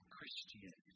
Christian